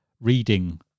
reading